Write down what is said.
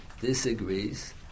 disagrees